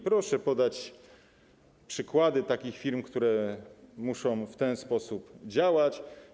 Proszę podać przykłady takich firm, które muszą w ten sposób działać.